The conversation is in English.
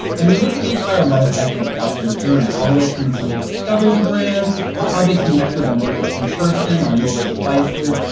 and we look at the entire life cycle of the customer journey all the way from when somebody discovers a brand to how they connect with them, whether it's in person, on mobile devices,